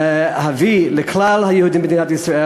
להביא לכלל היהודים במדינת ישראל,